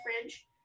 fridge